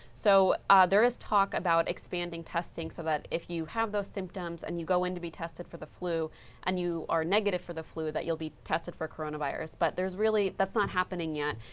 so there is talk about expanding testing so that if you have those symptoms and you go in to be tested for the flushings and you are negative for the flu, that you'll be tested for coronavirus. but there's really that's not happening yet,